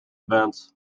events